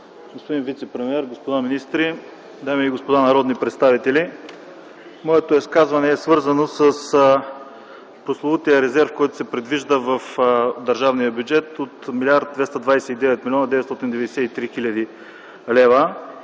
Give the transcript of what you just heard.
господин вицепремиер, господа министри, дами и господа народни представители! Моето изказване е свързано с прословутия резерв, който се предвижда в държавния бюджет от 1 млрд.